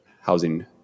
Housing